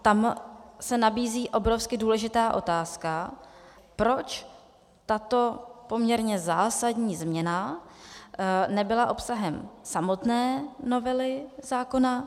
Tam se nabízí obrovsky důležitá otázka, proč tato poměrně zásadní změna nebyla obsahem samotné novely zákona.